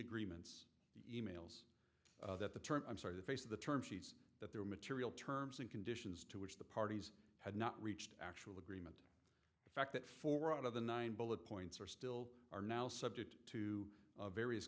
agreements e mails that the term i'm sorry the face of the term sheets that their material terms and conditions to which the parties had not reached actual agreed in fact that four out of the nine bullet points are still are now subject to various